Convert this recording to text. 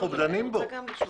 שאלה טובה, אני רוצה גם לשמוע.